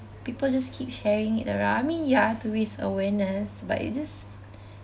people just keep sharing it around I mean ya to raise awareness but it just